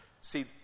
see